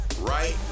right